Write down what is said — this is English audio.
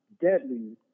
deadly